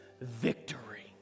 victory